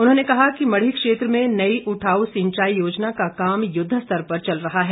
उन्होंने कहा कि मढ़ी क्षेत्र में नई उठाऊ सिंचाई योजना का काम युद्व स्तर पर चल रहा है